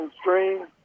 Stream